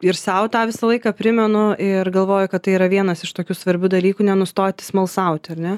ir sau tą visą laiką primenu ir galvoju kad tai yra vienas iš tokių svarbių dalykų nenustoti smalsauti ar ne